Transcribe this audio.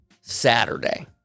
Saturday